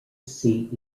seat